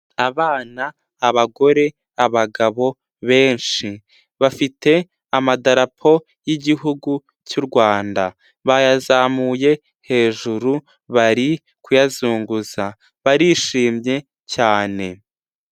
Abana, abagore, abagabo benshi bafite amadarapo y'igihugu cy'u Rwanda bayazamuye hejuru bari kuyazunguza barishimye cyane.